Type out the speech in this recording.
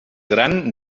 gran